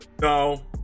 No